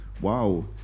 wow